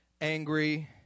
angry